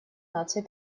наций